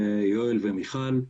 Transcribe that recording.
יואל ומיכל,